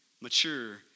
mature